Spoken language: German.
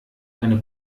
eine